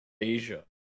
Asia